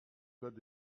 code